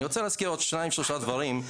אני רוצה להזכיר עוד שניים-שלושה דברים.